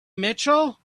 mitchell